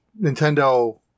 Nintendo